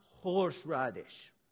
horseradish